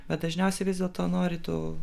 bet dažniausiai vis dėlto nori tų